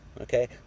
Okay